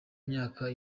myaka